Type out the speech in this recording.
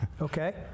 okay